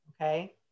Okay